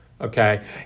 okay